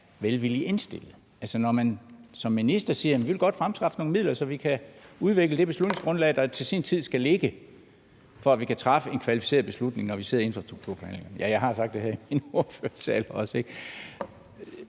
velvilligt indstillet. Altså, ministeren siger, at ministeren godt vil fremskaffe nogle midler, så vi kan udvikle det beslutningsgrundlag, der til sin tid skal ligge, for at vi kan træffe en kvalificeret beslutning, når vi sidder i infrastrukturforhandlingerne – ja, jeg har også sagt det her i min ordførertale, ikke?